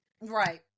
Right